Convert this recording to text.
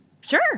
Sure